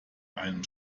einem